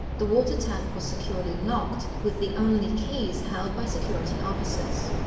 the water tank was securely locked with the only keys held by security officers.